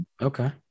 Okay